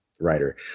writer